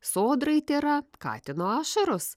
sodrai tėra katino ašaros